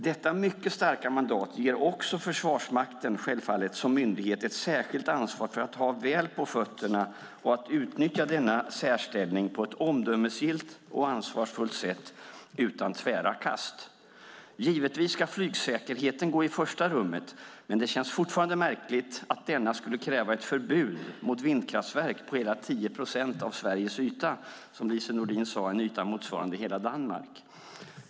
Detta mycket starka mandat ger självfallet Försvarsmakten som myndighet ett särskilt ansvar för att ha ordentligt på fötterna och utnyttja denna särställning på ett omdömesgillt och ansvarsfullt sätt utan tvära kast. Givetvis ska flygsäkerheten komma i första rummet, men det känns märkligt att det skulle krävas ett förbud mot vindkraftverk på hela 10 procent av Sveriges yta. Det är, som Lise Nordin sade, en yta motsvarande hela Danmark.